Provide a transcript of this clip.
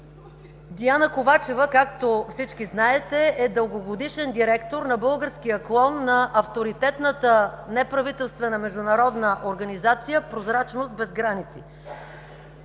Диана Ковачева, както всички знаете, е дългогодишен директор на българския клон на авторитетната неправителствена международна организация „Прозрачност без граници”.